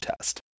test